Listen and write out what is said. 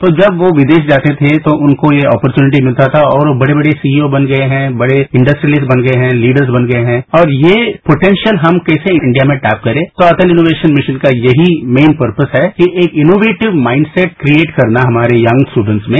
तो जब वे विदेश जाते थे तो उनको ये अपोर्चुनिटी मिलता था और बड़े बड़े सीईओ बन गये हैं बड़े इंडस्ट्रियलिस्ट बन गये हैं लीडर्स बन गये हैं और यही पोटेंशियल हम कैसे इंडिया में टैप करें तो अटल इनोवेशन मिशन का यही मेन पर्पस है कि एक इनोवेटिव माइंडसेट क्रिएट करना हमारे यंग स्टुडेंट्स में